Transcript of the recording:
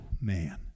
Man